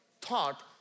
thought